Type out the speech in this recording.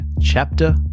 Chapter